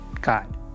God